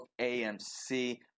amc